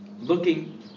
looking